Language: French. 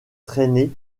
traînées